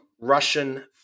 Russian